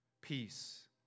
peace